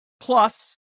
Plus